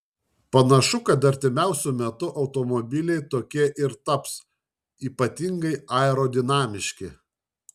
panašu kad artimiausiu metu automobiliai tokie ir taps ypatingai aerodinamiški